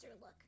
look